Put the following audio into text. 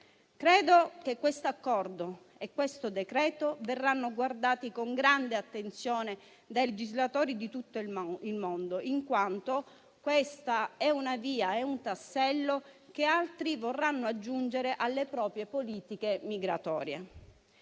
Credo che questo accordo e questo decreto verranno guardati con grande attenzione dai legislatori di tutto il mondo, in quanto rappresentano un tassello che altri vorranno aggiungere alle proprie politiche migratorie.